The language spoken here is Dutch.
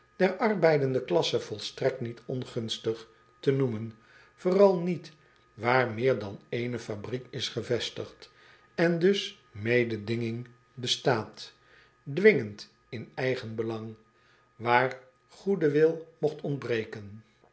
der arbeidende klasse volstrekt niet ongunstig te noemen vooral niet waar meer dan ééne fabriek is gevestigd en dus mededinging bestaat dwingend in eigen belang waar goede wil mogt ontbreken